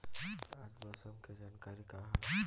आज मौसम के जानकारी का ह?